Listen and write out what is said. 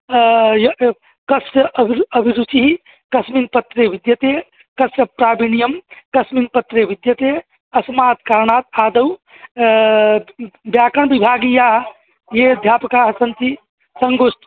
कस्य अभि अभिरुचिः कस्मिन् पत्रे विद्यते कस्य प्रादणीयं कस्मिन् पत्रे विद्यते अस्मात् कारणात् आदौ व्याकरणविभागीयाः ये अध्यापकाः सन्ति संगोष्ठि